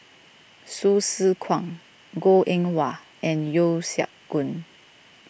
Hsu Tse Kwang Goh Eng Wah and Yeo Siak Goon